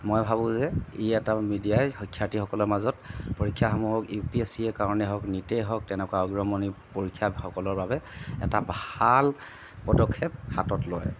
মই ভাবোঁ যে ই এটা মিডিয়াই শিক্ষাৰ্থীসকলৰ মাজত পৰীক্ষাসমূহক ইউ পি এছ চিৰ কাৰণে হওক নীটেই হওক তেনেকুৱা অগ্ৰমণি পৰীক্ষাসকলৰ বাবে এটা ভাল পদক্ষেপ হাতত লয়